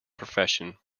profession